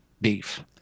beef